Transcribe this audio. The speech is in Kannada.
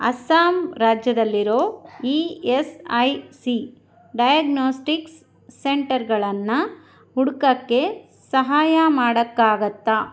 ಅಸ್ಸಾಂ ರಾಜ್ಯದಲ್ಲಿರೋ E S I C diagnostics ಸೆಂಟರ್ಗಳನ್ನು ಹುಡುಕೋಕ್ಕೆ ಸಹಾಯ ಮಾಡೋಕ್ಕಾಗತ್ತಾ